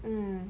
mm